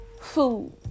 food